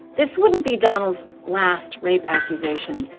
this wouldn't be donald's last rape accusation.